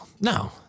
no